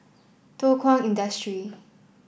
Thow Kwang Industry